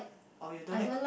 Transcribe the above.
or you don't like